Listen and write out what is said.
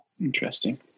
Interesting